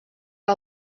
que